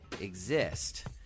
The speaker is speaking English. exist